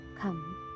Come